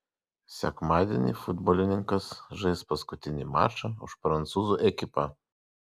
sekmadienį futbolininkas žais paskutinį mačą už prancūzų ekipą